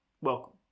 welcome